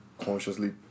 consciously